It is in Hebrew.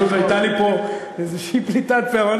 פשוט הייתה לי פה איזושהי פליטת פה.